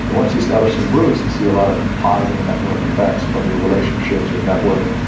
and once you establish some roots, you see a lot of positive network effects from your relationships, your network,